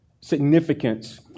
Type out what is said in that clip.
significance